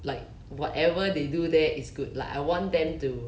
like whatever they do there is good like I want them to